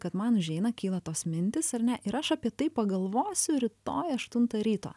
kad man užeina kyla tos mintys ar ne ir aš apie tai pagalvosiu rytoj aštuntą ryto